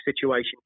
situation